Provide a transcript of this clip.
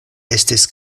estis